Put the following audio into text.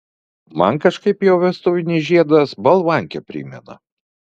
man kažkaip jo vestuvinis žiedas balvankę primena